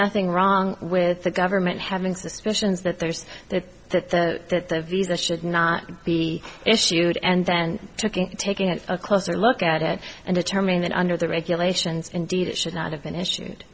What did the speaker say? nothing wrong with the government having suspicions that there's that that the that the visa should not be issued and then checking taking a closer look at it and determining that under the regulations indeed it should not have been issued